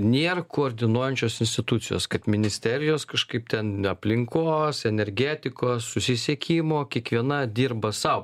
nėra koordinuojančios institucijos kad ministerijos kažkaip ten aplinkos energetikos susisiekimo kiekviena dirba sau